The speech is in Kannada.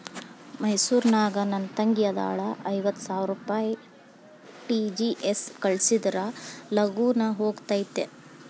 ಮೈಸೂರ್ ನಾಗ ನನ್ ತಂಗಿ ಅದಾಳ ಐವತ್ ಸಾವಿರ ಆರ್.ಟಿ.ಜಿ.ಎಸ್ ಕಳ್ಸಿದ್ರಾ ಲಗೂನ ಹೋಗತೈತ?